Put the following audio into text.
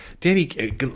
Danny